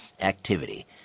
activity